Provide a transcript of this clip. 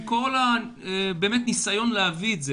וכל הניסיון להביא את התקנות,